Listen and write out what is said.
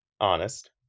Honest